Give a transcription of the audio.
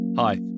Hi